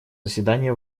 заседание